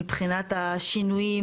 מבחינת השינויים